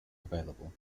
available